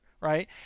Right